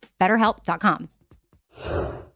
BetterHelp.com